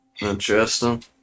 Interesting